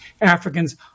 africans